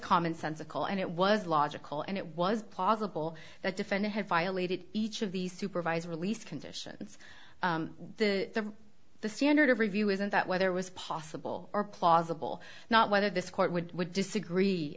common sensical and it was logical and it was possible that defendant had violated each of these supervised release conditions the the standard of review isn't that whether it was possible or plausible not whether this court would disagree